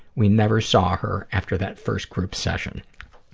we never saw her after that first group session.